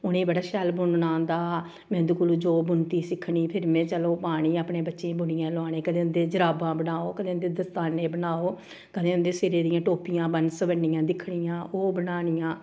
उ'नें बड़ा शैल बुनना आंदा हा में उं'दे कोलूं जो बुनदी सिक्खनी फिर में चलो पानी अपने बच्चें ई बुनियै लोआने कदें उं'दे जराबां बनाओ कदें उं'दे दस्ताने बनाओ कदें उं'दे सिरै दियां टोपियां बन्न सबन्नियां दिक्खनियां ओह् बनानियां